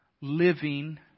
Living